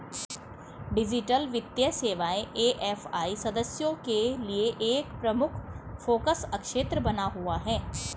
digital वित्तीय सेवाएं AFI सदस्यों के लिए एक प्रमुख फोकस क्षेत्र बना हुआ है